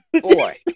boy